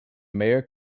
mayor